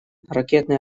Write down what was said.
ракетные